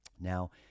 Now